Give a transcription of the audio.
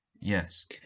yes